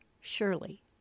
Surely